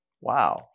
wow